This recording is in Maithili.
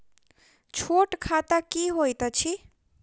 छोट खाता की होइत अछि